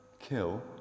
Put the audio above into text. kill